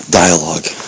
dialogue